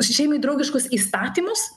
šeimai draugiškus įstatymus